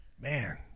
man